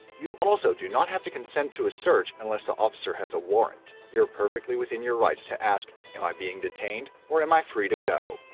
you also do not have to consent to a search unless the officer has a warrant. you're perfectly within your rights to ask, am i being detained, or am i free to go?